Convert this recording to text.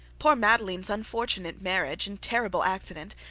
poor madeline's unfortunate marriage and terrible accident,